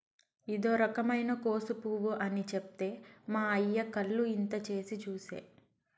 ఇదో రకమైన కోసు పువ్వు అని చెప్తే మా అయ్య కళ్ళు ఇంత చేసి చూసే